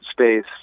space